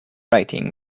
writing